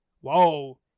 whoa